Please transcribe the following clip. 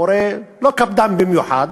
מורה לא קפדן במיוחד,